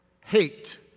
hate